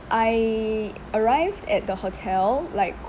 I arrived at the hotel like